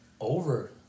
over